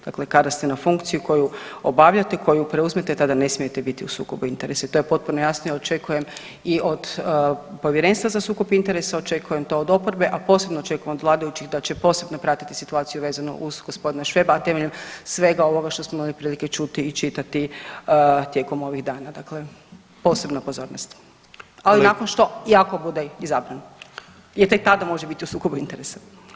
Dakle, kada ste na funkciji koju obavljate i koju preuzmete tada ne smijete biti u sukobu interesa i to je potpuno jasno i očekujem i od Povjerenstva za sukob interesa, očekujem to od oporbe, a posebno očekujem od vladajućih da će posebno pratiti situaciju vezano uz gospodina Šveba, a temeljem svega ovoga što smo imali prilike čuti i čitati tijekom ovih dana, dakle posebna pozornost, ali nakon što i ako bude izabran jer tek tada može biti u sukobu interesa.